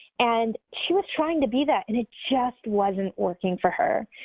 and she was trying to be that and it just wasn't working for her.